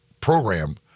program